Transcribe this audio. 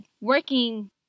working